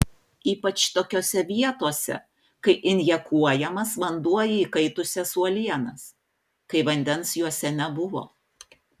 ypač tokiose vietose kai injekuojamas vanduo į įkaitusias uolienas kai vandens juose nebuvo